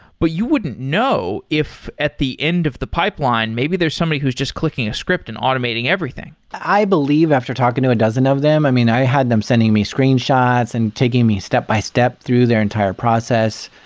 but you would know if at the end of the pipeline maybe there's somebody who's just clicking a script and automating everything. i believe after talking a and dozen of them, i mean, i had them sending me screenshots and taking me step-by-step through their entire process,